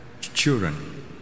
children